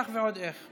נוכח ועוד איך.